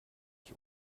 ich